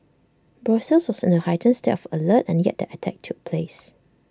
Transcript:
Brussels was in A heightened state of alert and yet the attack took place